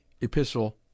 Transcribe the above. Epistle